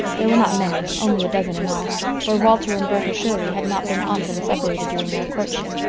there were not many only a dozen in all for walter and bertha shirley had not been often separated during their courtship.